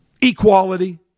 equality